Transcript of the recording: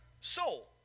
soul